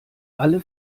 alle